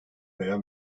veya